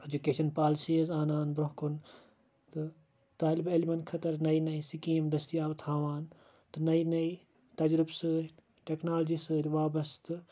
education policies انان برۄنٛہہ کُن تہٕ طالبہِ عِلمَن خٲطرٕ نَیہِ نَیہِ سِکیم دٔستِیاب تھاوان تہٕ نَیہِ نَیہِ تَجرُبہ سۭتۍ ٹِکنالجی سۭتۍ وابَسطہٕ